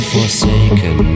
Forsaken